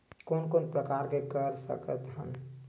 कोन कोन प्रकार के कर सकथ हन?